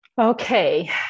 Okay